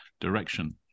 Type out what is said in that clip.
direction